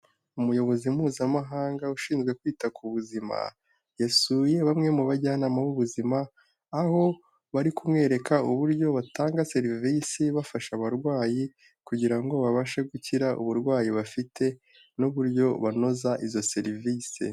Umuyobozi Mpuzamahanga ushinzwe kwita ku buzima, yasuye bamwe mu bajyanama b'ubuzima, aho bari kumwereka uburyo batanga serivisi bafasha abarwayi kugira ngo babashe gukira uburwayi bafite n'uburyo banoza izo serivisi.